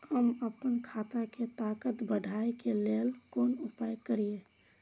हम आपन खेत के ताकत बढ़ाय के लेल कोन उपाय करिए?